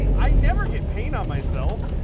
i never get paint on myself.